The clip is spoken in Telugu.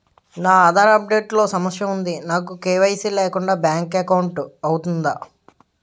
నా ఆధార్ అప్ డేట్ లో సమస్య వుంది నాకు కే.వై.సీ లేకుండా బ్యాంక్ ఎకౌంట్దొ రుకుతుందా?